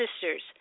sisters